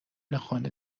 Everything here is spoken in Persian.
خانه